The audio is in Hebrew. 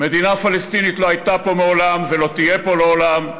מדינה פלסטינית לא הייתה פה מעולם ולא תהיה פה לעולם,